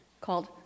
Called